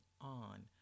on